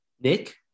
Nick